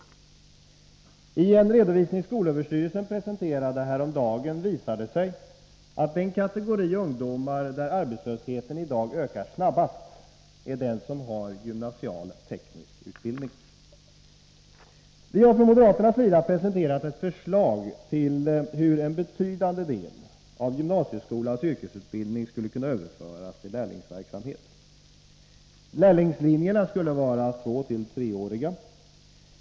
I en redovisning som skolöverstyrelsen presenterade häromdagen visar det sig att den kategori ungdomar där arbetslösheten i dag ökar snabbast är den som har gymnasial teknisk utbildning. Vi har från moderaternas sida presenterat ett förslag till hur en betydande del av gymnasieskolans yrkesutbildning skulle kunna överföras till lärlingsverksamhet. Lärlingslinjerna skulle vara tvåeller treåriga.